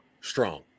strong